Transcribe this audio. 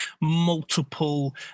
multiple